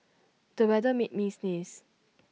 the weather made me sneeze